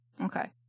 Okay